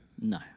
No